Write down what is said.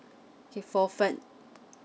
okay for friend